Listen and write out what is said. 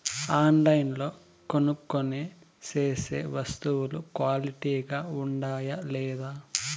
ఆన్లైన్లో కొనుక్కొనే సేసే వస్తువులు క్వాలిటీ గా ఉండాయా లేదా?